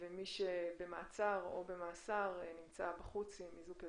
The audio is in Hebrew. כשמי שבמעצר או במאסר נמצא בחוץ עם איזוק אלקטרוני.